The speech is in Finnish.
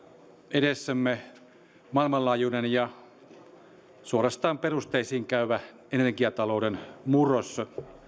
edessämme maailmanlaajuinen ja suorastaan perusteisiin käyvä energiatalouden murros